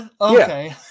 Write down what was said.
okay